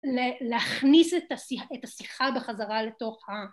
להכניס את ה... את השיחה בחזרה לתוך ה